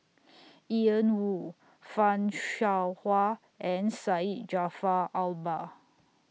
Ian Woo fan Shao Hua and Syed Jaafar Albar